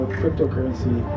cryptocurrency